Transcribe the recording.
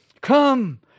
Come